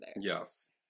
yes